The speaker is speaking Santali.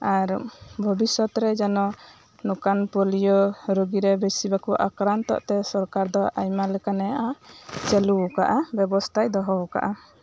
ᱟᱨ ᱵᱷᱚᱵᱤᱥᱥᱚᱛ ᱨᱮ ᱡᱮᱱᱚ ᱱᱚᱝᱠᱟᱱ ᱯᱳᱞᱤᱭᱳ ᱨᱳᱜᱤ ᱨᱮ ᱵᱮᱥᱤ ᱵᱟᱠᱚ ᱟᱠᱨᱟᱱᱛᱚᱜ ᱛᱮ ᱥᱚᱨᱠᱟᱨ ᱫᱚ ᱟᱭᱢᱟ ᱞᱮᱠᱟᱱ ᱮ ᱪᱟᱞᱩᱣ ᱟᱠᱟᱫᱼᱟ ᱵᱮᱵᱚᱥᱛᱟᱭ ᱫᱚᱦᱚᱣ ᱠᱟᱜᱼᱟ